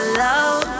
love